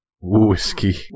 whiskey